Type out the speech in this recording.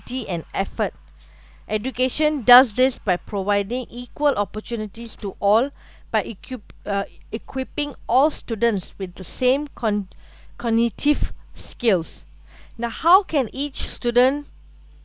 ability and effort education does this by providing equal opportunities to all but equip~ uh equipping all students with the same con~ cognitive skills now how can each student